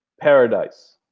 paradise